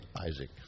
Isaac